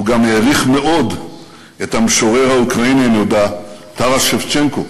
הוא גם העריך מאוד את המשורר האוקראיני הנודע טאראס שבצ'נקו.